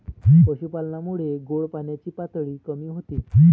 पशुपालनामुळे गोड पाण्याची पातळी कमी होते